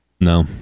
No